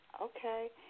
okay